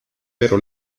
pero